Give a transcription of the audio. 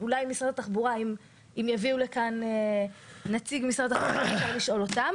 אולי אם יעלה כאן נציג של משרד התחבורה תוכלו לשאול אותם.